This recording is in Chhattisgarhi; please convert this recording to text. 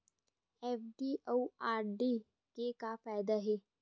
एफ.डी अउ आर.डी के का फायदा हे?